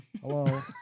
Hello